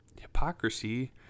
hypocrisy